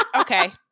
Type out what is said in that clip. okay